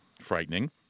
frightening